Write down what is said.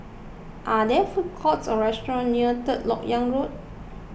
are there food courts or restaurant near Third Lok Yang Road